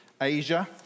Asia